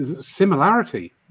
similarity